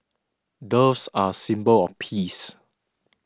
doves are a symbol of peace